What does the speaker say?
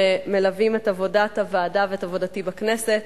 שמלווים את עבודת הוועדה ואת עבודתי בכנסת.